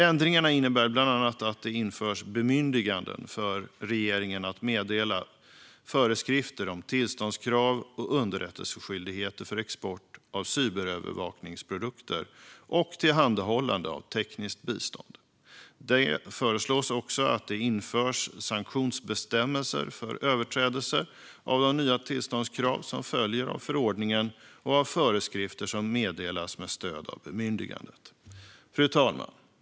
Ändringarna innebär bland annat att det införs bemyndiganden för regeringen att meddela föreskrifter om tillståndskrav och underrättelseskyldigheter för export av cyberövervakningsprodukter och tillhandahållande av tekniskt bistånd. Det föreslås också att det införs sanktionsbestämmelser för överträdelse av de nya tillståndskrav som följer av förordningen och av föreskrifter som meddelas med stöd av bemyndigandet. Fru talman!